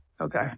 Okay